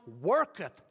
worketh